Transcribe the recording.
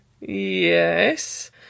Yes